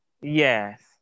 Yes